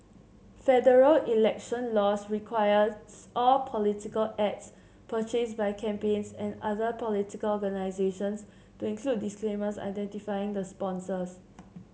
federal election laws requires all political ads purchased by campaigns and other political organisations to include disclaimers identifying the sponsors